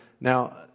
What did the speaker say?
Now